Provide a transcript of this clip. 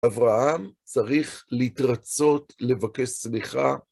אברהם צריך להתרצות, לבקש סמיכה.